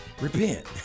repent